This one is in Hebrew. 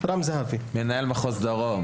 מנהל מחוז דרום.